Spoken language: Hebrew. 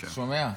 שומע?